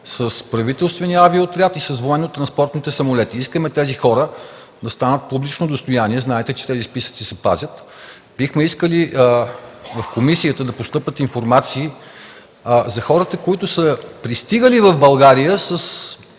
с правителствения авиоотряд и с военно-транспортните самолети. Искаме тези хора да станат публично достояние, знаете, че тези списъци се пазят. Бихме искали в комисията да постъпи информация за хората, които са пристигали в България с